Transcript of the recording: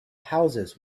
houses